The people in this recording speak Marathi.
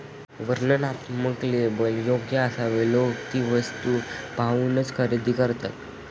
वर्णनात्मक लेबल योग्य असावे लोक ती वस्तू पाहूनच खरेदी करतात